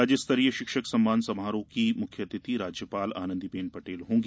राज्य स्तरीय शिक्षक सम्मान समारोह की मुख्य अतिथि राज्यपाल आनंदीबेन पटेल होंगी